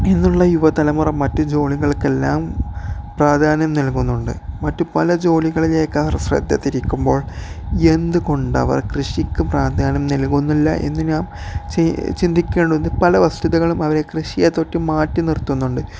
ഇന്നുള്ള യുവതലമുറ മറ്റ് ജോലികൾക്കെല്ലാം പ്രാധാന്യം നൽകുന്നുണ്ട് മറ്റ് പല ജോലികളിലേക്ക് അവർ ശ്രദ്ധതിരിക്കുമ്പോൾ എന്തുകൊണ്ടവർ കൃഷിക്ക് പ്രാധാന്യം നൽകുന്നില്ലെന്ന് നാം ചിന്തിക്കേണ്ടതുണ്ട് പല വസ്തുതകളും അവരെ കൃഷിയില് നിന്നും മാറ്റിനിർത്തുന്നുണ്ട്